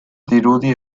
dirudi